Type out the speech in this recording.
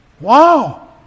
Wow